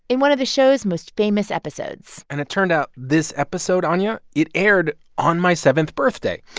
in one of the show's most famous episodes and it turned out this episode, anya it aired on my seventh birthday.